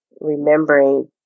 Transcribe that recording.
remembering